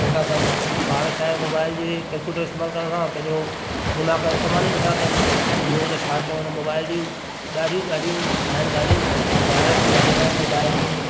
न था कनि ॿार छा आहे मोबाइल जी केल्कुलेटर जो इस्तेमाल करण सां दिमाग़ जो इस्तेमाल ई न था कनि ॿियो त छा चऊं हिन मोबाइल जूं ॾाढियूं ॾाढियूं आहिनि ॻाल्हियूं वाइरस बि ॾाढो आहे मोबाइल में